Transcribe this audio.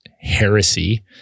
heresy